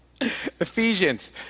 Ephesians